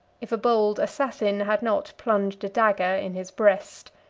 if a bold assassin had not plunged a dagger in his breast.